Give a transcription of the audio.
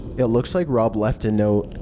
it looks like rob left a note.